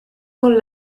con